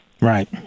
Right